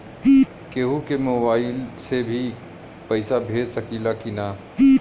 केहू के मोवाईल से भी पैसा भेज सकीला की ना?